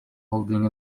holding